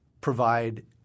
provide